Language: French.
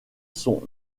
son